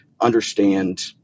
understand